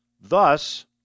Thus